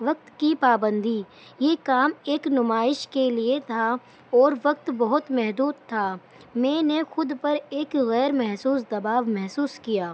وقت کی پابندی یہ کام ایک نمائش کے لیے تھا اور وقت بہت محدود تھا میں نے خود پر ایک غیر محسوس دباؤ محسوس کیا